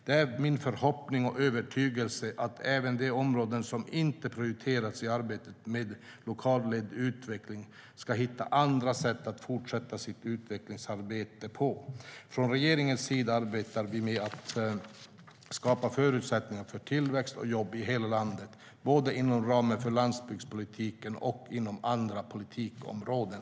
Det är min förhoppning och övertygelse att även de områden som inte prioriterats i arbetet med lokalt ledd utveckling ska hitta andra sätt att fortsätta sitt utvecklingsarbete på. Från regeringens sida arbetar vi med att skapa förutsättningar för tillväxt och jobb i hela landet, både inom ramen för landsbygdspolitiken och inom andra politikområden.